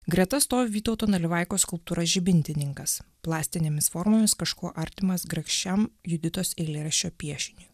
greta stovi vytauto nalivaikos skulptūra žibintininkas plastinėmis formomis kažkuo artimas grakščiam juditos eilėraščio piešiniui